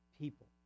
people